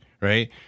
right